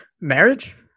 Marriage